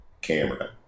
camera